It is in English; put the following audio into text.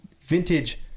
vintage